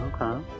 Okay